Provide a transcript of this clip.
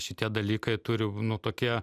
šitie dalykai turi nu tokie